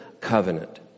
covenant